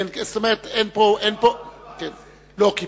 אין מחלוקת, זה לא הנושא.